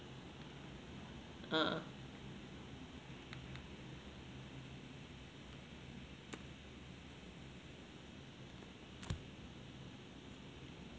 ah